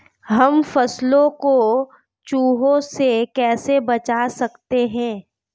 हम फसलों को चूहों से कैसे बचा सकते हैं?